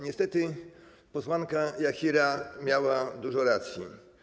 Niestety posłanka Jachira miała dużo racji.